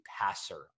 passer